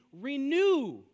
renew